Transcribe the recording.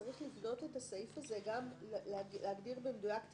צריך לבנות את הסעיף הזה ולהגדיר במדויק את